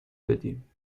بدیم